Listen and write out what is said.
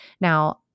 Now